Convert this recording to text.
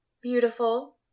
Beautiful